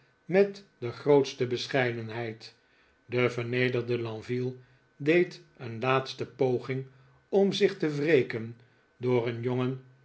met de grootste bescheidenheid de vernederde lenville deed een laatste poging om zich te wreken door een jongen